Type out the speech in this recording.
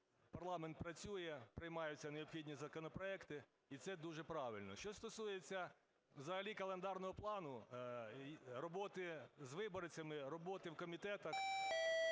парламент працює, приймаються необхідні законопроекти, і це дуже правильно. Що стосується взагалі календарного плану: роботи з виборцями, роботи в комітетах,